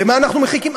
למה אנחנו מחכים?